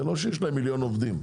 זה לא שיש להם מיליון עובדים.